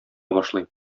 башлый